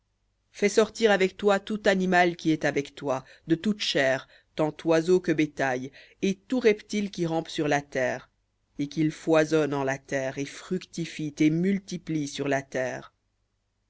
fais sortir avec toi tout animal qui est avec toi de toute chair tant oiseaux que bétail et tout reptile qui rampe sur la terre et qu'ils foisonnent en la terre et fructifient et multiplient sur la terre